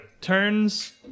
turns